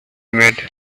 made